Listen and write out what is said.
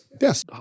Yes